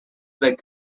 that